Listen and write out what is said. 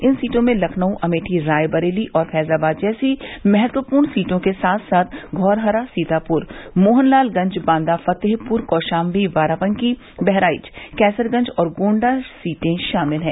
इन सीटों में लखनऊ अमेठी रायबरेली और फैजाबाद जैसी महत्वपूर्ण सीटों के साथ साथ धौरहरा सीतापुर मोहनलालगंज बांदा फतेहपुर कौशाम्वी बाराबंकी बहराइच कैसरगंज और गोण्डा सीटें शामिल हैं